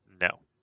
no